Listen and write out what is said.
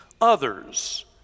others